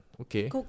Okay